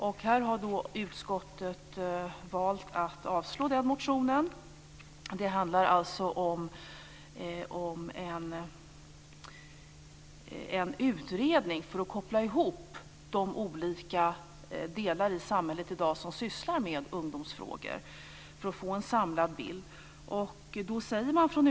Utskottet har valt att avstyrka den motionen. Det handlar alltså om en utredning för att koppla ihop de olika delar i samhället i dag som sysslar med ungdomsfrågor för att man ska få en samlad bild.